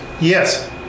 Yes